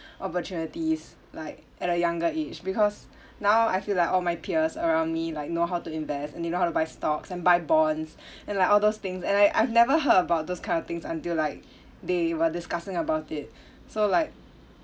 opportunities like at a younger age because now I feel like all my peers around me like know how to invest and they know how to buy stocks and buy bonds and like all those things and I I've never heard about those kind of things until like they were discussing about it so like